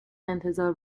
انتظار